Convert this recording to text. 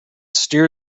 steer